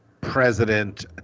president